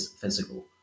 physical